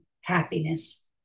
happiness